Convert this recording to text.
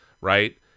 right